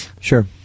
sure